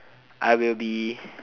I will be